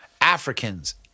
Africans